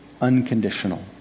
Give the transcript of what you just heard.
unconditional